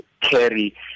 carry